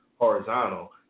horizontal